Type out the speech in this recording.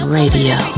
radio